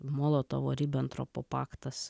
molotovo ribentropo paktas